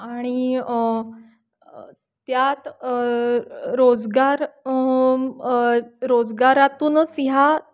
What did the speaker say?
आणि त्यात रोजगार रोजगारातूनच ह्या